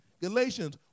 Galatians